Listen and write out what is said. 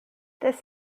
this